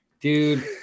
Dude